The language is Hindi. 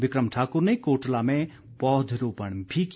बिक्रम ठाक्र ने कोटला में पौधरोपण भी किया